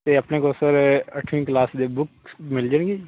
ਅਤੇ ਆਪਣੇ ਕੋਲ ਸਰ ਅੱਠਵੀਂ ਕਲਾਸ ਦੇ ਬੁੱਕ ਮਿਲ ਜਾਣਗੀਆ ਜੀ